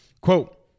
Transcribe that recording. Quote